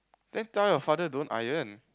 then tell your father don't iron